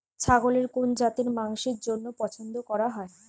ছাগলের কোন জাতের মাংসের জন্য পছন্দ করা হয়?